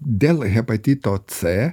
dėl hepatito c